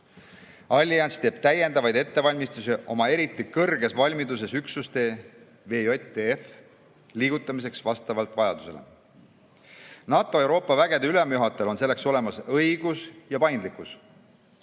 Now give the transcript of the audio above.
Allianss teeb täiendavaid ettevalmistusi oma eriti kõrges valmiduses üksuste, VJTF‑i liigutamiseks vastavalt vajadusele. NATO Euroopa vägede ülemjuhatajal on selleks olemas õigus ja paindlikkus.